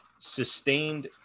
sustained